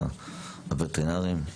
הווטרינרים.